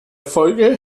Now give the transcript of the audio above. folge